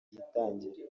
yitangira